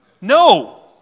No